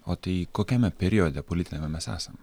o tai kokiame periode politiniame mes esam